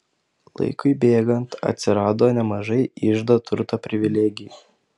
laikui bėgant atsirado nemažai iždo turto privilegijų